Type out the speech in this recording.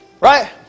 Right